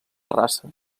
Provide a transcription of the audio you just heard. terrassa